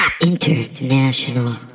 international